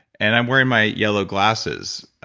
and i'm wearing my yellow glasses,